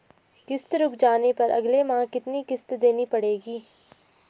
किश्त रुक जाने पर अगले माह कितनी किश्त देनी पड़ेगी?